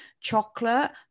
chocolate